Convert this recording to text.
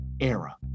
era